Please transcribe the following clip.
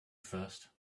first